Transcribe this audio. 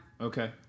Okay